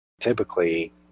typically